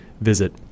Visit